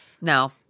No